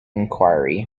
enquiry